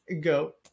go